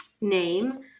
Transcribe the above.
name